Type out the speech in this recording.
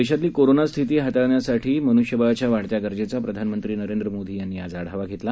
देशातली कोरोनास्थिती हाताळण्यासाठी मनृष्यबळाच्या वाढत्या गरजेचा प्रधानमंत्री नरेंद्र मोदी यांनी आज आढावा घेतला